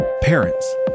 Parents